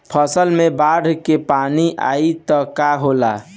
फसल मे बाढ़ के पानी आई त का होला?